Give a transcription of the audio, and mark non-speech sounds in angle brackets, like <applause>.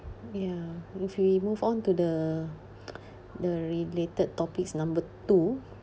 ya if we move on to the <noise> the related topics number two